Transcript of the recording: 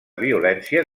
violència